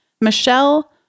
Michelle